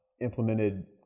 implemented